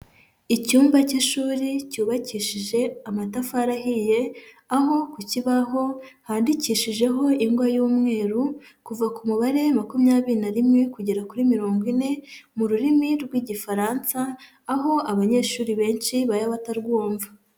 Icyumba cy'ishuri cyubakishije amatafari ahiye,, aho ku kibaho handikishijeho ingwa y'umweru, kuva ku mubare makumyabiri na rimwe kugera kuri mirongo ine mu rurimi rw'Igifaransa, aho abanyeshuri benshi baba batarwumva.